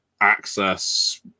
access